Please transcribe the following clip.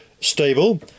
stable